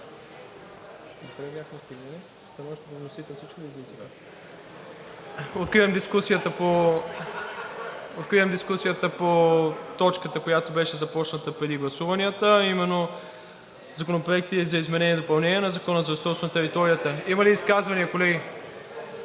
Откривам дискусията по точката, която беше започната преди гласуванията, а именно Законопроекти за изменение и допълнение на Закона за устройство на територията. Има ли изказвания, колеги?